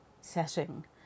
setting